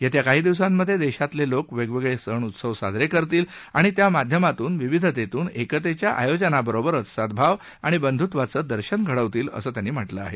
येत्या काही दिवसांत देशातले लोक वेगवेगळे सण उत्सव साजरे करतील आणि त्या माध्यमातून विविधतेतून एकतेच्या आयोजनाबरोबरचं सद्गाव आणि बंधुत्वाचं दर्शन घडवतील असं त्यांनी म्हटलं आहे